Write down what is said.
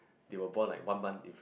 they were born like one month